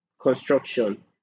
construction